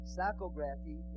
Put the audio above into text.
Psychography